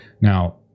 Now